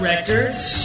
Records